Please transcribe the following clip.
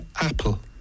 apple